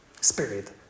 spirit